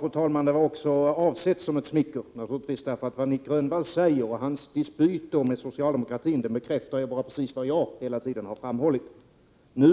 Fru talman! Det var också avsett som smicker. Nic Grönvalls uttalanden och hans dispyter med socialdemokratin bekräftar bara precis vad jag hela tiden har framhållit. Nu